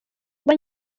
kuba